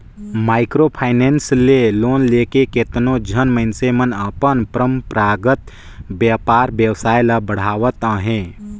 micro finance ले loan लेके केतनो झन मइनसे मन अपन परंपरागत बयपार बेवसाय ल बढ़ावत अहें